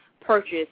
purchase